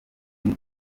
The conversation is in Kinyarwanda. ngo